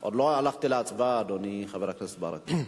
עוד לא הלכתי להצבעה, אדוני חבר הכנסת ברכה.